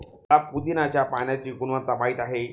मला पुदीन्याच्या पाण्याची गुणवत्ता माहित आहे